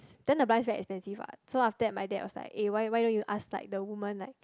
then the blinds very expensive what then my dad was like eh why why don't you ask like the woman like